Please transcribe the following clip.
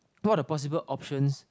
all the possible options